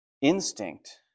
instinct